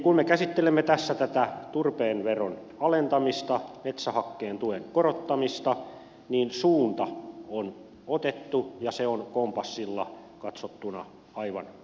kun me käsittelemme tässä tätä turpeen veron alentamista metsähakkeen tuen korottamista niin suunta on otettu ja se on kompassilla katsottuna aivan oikeaan päin